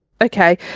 okay